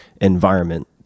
environment